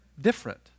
different